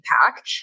pack